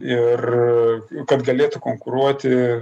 ir kad galėtų konkuruoti